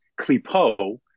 clipo